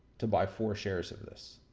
to buy four shares of this,